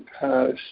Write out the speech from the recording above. past